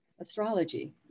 astrology